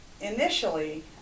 initially